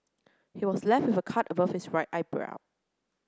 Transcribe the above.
he was left with a cut above his right eyebrow